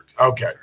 Okay